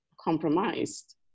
compromised